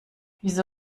wieso